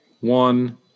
one